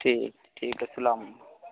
ٹھیک ہے ٹھیک ہے السلام علیکم